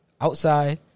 Outside